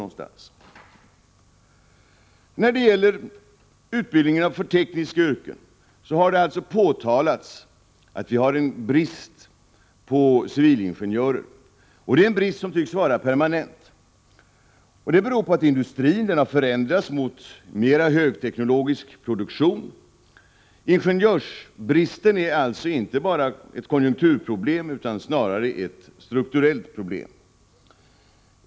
När det gäller utbildningar för tekniska yrken har det påtalats att vi har en brist på civilingenjörer, och det är en brist som tycks vara permanent. Den beror på att industrin har förändrats mot mer högteknologisk produktion. Ingenjörsbristen är alltså inte bara ett konjunkturproblem utan snarare ett strukturellt problem.